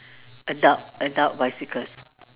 adult adult bicycles